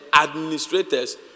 administrators